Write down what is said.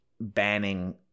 banning